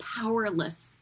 powerless